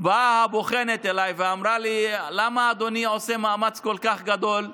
באה אליי הבוחנת ואמרה לי: למה אדוני עושה מאמץ כל כך גדול?